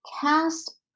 Cast